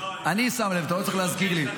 אני שם לב, אתה לא צריך להזכיר לי.